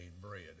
bread